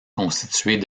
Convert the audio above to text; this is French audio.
constituée